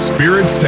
Spirit